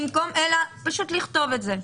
אלא פשוט לכתוב את זה.